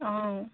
অঁ